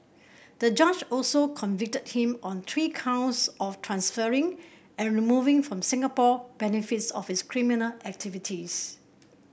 the judge also convicted him on three counts of transferring and removing from Singapore benefits of his criminal activities